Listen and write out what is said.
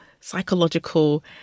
psychological